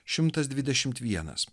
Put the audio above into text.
šimtas dvidešimt vienas